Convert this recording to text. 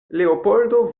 leopoldo